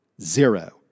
Zero